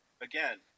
again